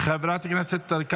חבר הכנסת הרצנו,